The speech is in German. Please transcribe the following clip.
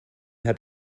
hat